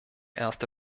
erste